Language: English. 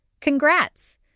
congrats